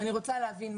האם יהיה נציג